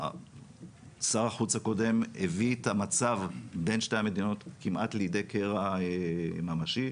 שר החוץ הקודם הביא את המצב בין שתי המדינות כמעט לידי קרע ממשי,